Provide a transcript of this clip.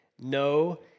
no